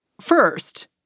First